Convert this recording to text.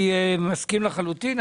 אני מסכים לחלוטין.